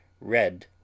red